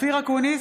אופיר אקוניס,